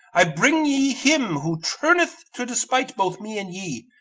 i bring ye him who turneth to despite both me and ye,